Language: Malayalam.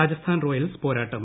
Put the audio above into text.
രാജസ്ഥാൻ റോയൽസ് പോരാട്ടം